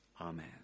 Amen